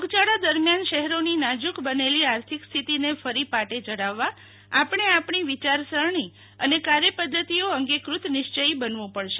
રોગ ચાળા દરમિયાન શહેરોની નાજુક બનેલી આર્થિક સ્થિતિને ફરી પાટે ચઢાવવા આપણે આપણી વિચાર સરણી અને કાર્ય પધ્ધતિઓ અંગે કૃત નિશ્વયી બનવું પડશે